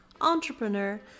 entrepreneur